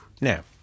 Now